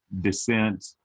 descent